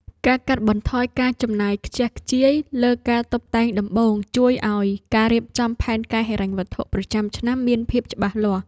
ការកាត់បន្ថយការចំណាយខ្ជះខ្ជាយលើការតុបតែងដំបូងជួយឱ្យការរៀបចំផែនការហិរញ្ញវត្ថុប្រចាំឆ្នាំមានភាពច្បាស់លាស់។